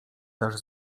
dasz